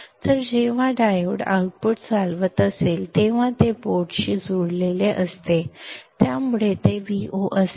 तर जेव्हा diode output चालवत असेल तेव्हा ते बोर्डशी जोडलेले असते त्यामुळे ते Vo असेल